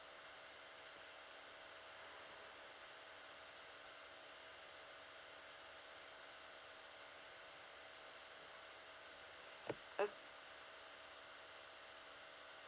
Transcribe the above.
ok